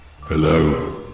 Hello